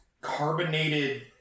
carbonated